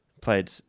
played